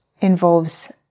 involves